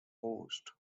coast